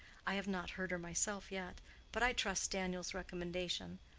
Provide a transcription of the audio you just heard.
i have not heard her myself yet but i trust daniel's recommendation.